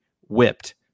whipped